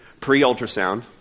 pre-ultrasound